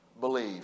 Believe